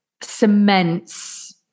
cements